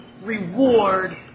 reward